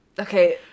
Okay